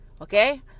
okay